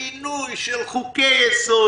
שינוי של חוקי-יסוד,